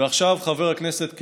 ועכשיו, חבר הכנסת קלנר,